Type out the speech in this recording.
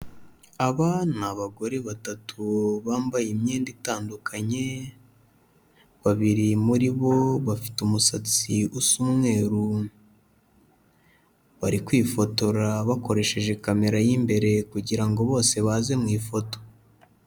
Aba ni abagore batatu bambaye imyenda itandukanye, babiri muri bo bafite umusatsi usa umweru, bari kwifotora bakoresheje kamera y'imbere kugira ngo bose baze mu ifoto.